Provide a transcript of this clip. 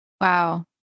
Wow